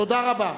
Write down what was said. תודה רבה.